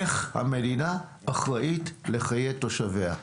איך המדינה אחראית לחיי תושביה.